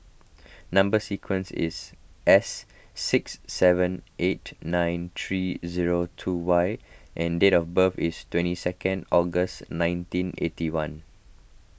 Number Sequence is S six seven eight nine three zero two Y and date of birth is twenty second August nineteen eighty one